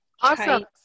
awesome